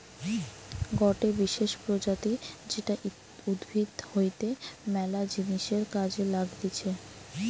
গটে বিশেষ প্রজাতি যেটা উদ্ভিদ হইতে ম্যালা জিনিসের কাজে লাগতিছে